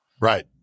Right